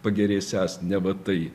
pagerėsiąs neva tai